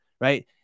right